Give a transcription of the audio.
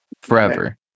forever